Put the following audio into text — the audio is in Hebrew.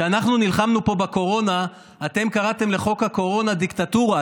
כשאנחנו נלחמנו פה בקורונה אתם קראתם לחוק הקורונה "דיקטטורה".